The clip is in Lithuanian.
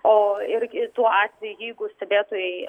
o ir ir tuo atveju jeigu stebėtojai